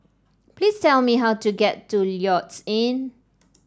please tell me how to get to Lloyds Inn